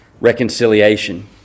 reconciliation